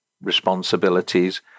responsibilities